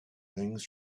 things